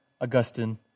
Augustine